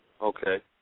Okay